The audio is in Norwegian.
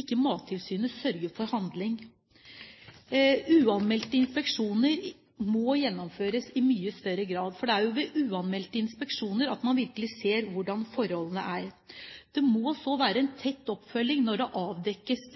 ikke Mattilsynet sørger for handling. Uanmeldte inspeksjoner må gjennomføres i mye større grad, for det er ved uanmeldte inspeksjoner at man virkelig ser hvordan forholdene er. Det må så være en tett oppfølging når det avdekkes